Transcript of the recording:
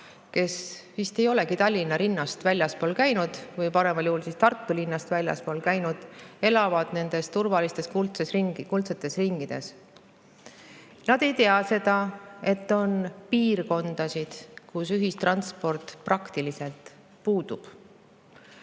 kes vist ei olegi Tallinna linnast või paremal juhul Tartu linnast väljaspool käinud, elavad turvalistes kuldsetes ringides. Nad ei tea, et on piirkondasid, kus ühistransport praktiliselt puudub